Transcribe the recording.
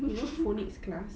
you know phonics class